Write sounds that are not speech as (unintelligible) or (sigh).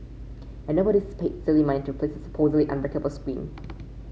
and nobody (unintelligible) paid silly money to replace a supposedly unbreakable screen